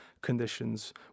conditions